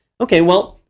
okay, well,